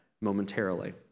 momentarily